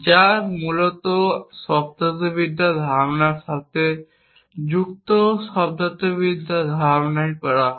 যা মূলত শব্দার্থবিদ্যার ধারণার সাথে যুক্ত শব্দার্থবিদ্যার ধারণায় করা হয়